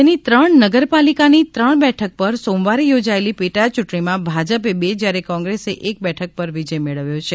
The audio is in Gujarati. રાજ્યની ત્રણ નગરપાલિકાની ત્રણ બેઠક પર સોમવારે યોજાયેલી પેટાચૂંટણીમાં ભાજપે બે જ્યારે કોંગ્રેસે એક બેઠક પર વિજય મેળવ્યો છે